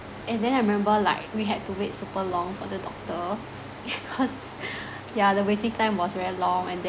and then I remember like we had to wait super long for the doctor because yeah the waiting time was very long and then